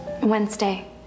Wednesday